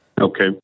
Okay